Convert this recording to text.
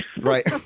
Right